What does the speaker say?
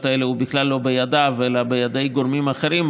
האלה הוא בכלל לא בידיו אלא בידי גורמים אחרים,